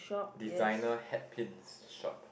designer hat pins shop